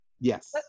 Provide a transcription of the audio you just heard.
Yes